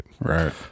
Right